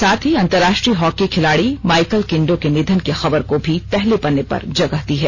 साथ ही अंतर्राष्ट्रीय हॉकी खिलाड़ी माइकल किंडो के निधन की खबर को भी पहले पन्ने पर जगह दी है